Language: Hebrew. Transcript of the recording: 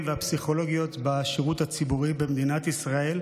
והפסיכולוגיות בשירות הציבורי במדינת ישראל,